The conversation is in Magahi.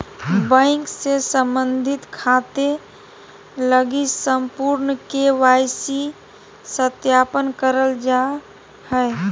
बैंक से संबंधित खाते लगी संपूर्ण के.वाई.सी सत्यापन करल जा हइ